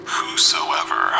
Whosoever